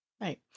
Right